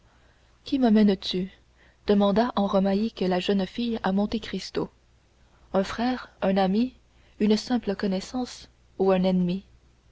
qui mamènes tu demanda en romaïque la jeune fille à monte cristo un frère un ami une simple connaissance ou un ennemi